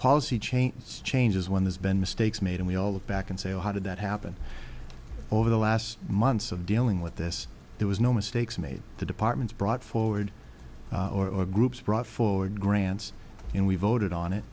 policy changes changes when there's been mistakes made and we all look back and say oh how did that happen over the last months of dealing with this there was no mistakes made the department brought forward or groups brought forward grants and we voted on it